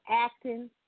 acting